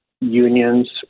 unions